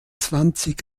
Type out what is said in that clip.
zwanzig